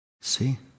See